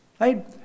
right